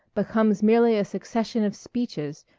becomes merely a succession of speeches,